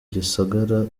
gisagara